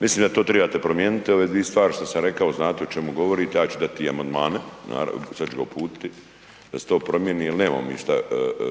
Mislim da to trebate promijeniti ove dvije stvari što sam rekao. Znate o čemu govorim. Ja ću dati i amandmane. Sada ću ga uputiti da se to promijeni, jer nemamo mi što